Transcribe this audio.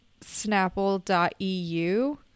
snapple.eu